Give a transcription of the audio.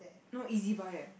no e_z-buy eh